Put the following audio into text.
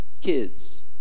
kids